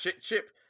Chip